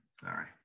sorry